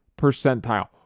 percentile